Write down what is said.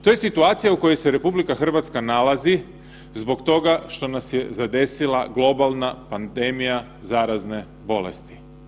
To je situacija u kojoj se RH nalazi zbog toga što nas je zadesila globalna pandemija zarazne bolesti.